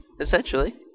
essentially